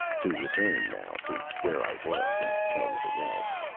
to return, now, to where i was, and tell you the rest.